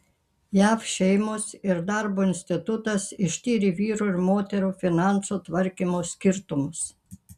jav šeimos ir darbo institutas ištyrė vyrų ir moterų finansų tvarkymo skirtumus